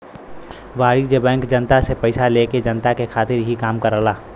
वाणिज्यिक बैंक जनता से पइसा लेके जनता के खातिर ही काम करला